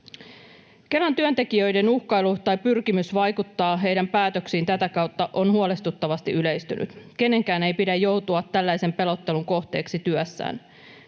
Kelan työntekijöiden uhkailu tai pyrkimys vaikuttaa heidän päätöksiinsä tätä kautta on huolestuttavasti yleistynyt. Kenenkään ei pidä joutua tällaisen pelottelun kohteeksi työssään.